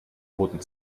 roten